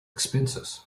expenses